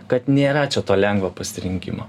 kad nėra čia to lengvo pasirinkimo